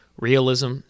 realism